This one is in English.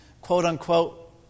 quote-unquote